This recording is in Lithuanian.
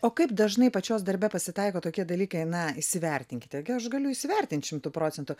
o kaip dažnai pačios darbe pasitaiko tokie dalykai na įsivertinkite gi aš galiu įsivertinti šimtu procentų